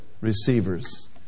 receivers